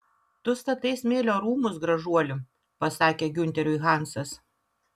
tu statai smėlio rūmus gražuoli pasakė giunteriui hansas